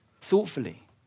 thoughtfully